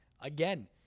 again